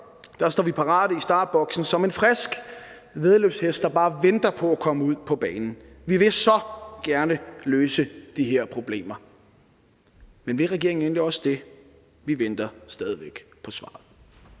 står vi parate i startboksen som en frisk væddeløbshest, der bare venter på at komme ud på banen. Vi vil så gerne løse de her problemer, men vil regeringen egentlig også det? Vi venter stadig væk på svaret.